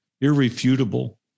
irrefutable